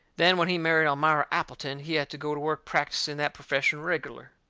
then, when he married elmira appleton, he had to go to work practising that perfession reg'lar,